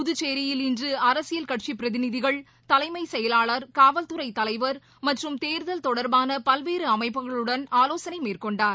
புதுச்சேரியில் இன்று அரசியல் கட்சி பிரதிநிதிகள் தலைமை செயலாளர் காவல்துறை தலைவர் மற்றும் தேர்தல் தொடர்பான பல்வேறு அமைப்புகளுடன் ஆவோசனை மேற்கொண்டார்